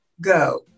go